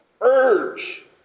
Urge